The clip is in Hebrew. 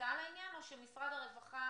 שהתגייסה לעניין, או שמשרד הרווחה